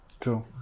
True